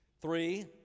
Three